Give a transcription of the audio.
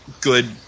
good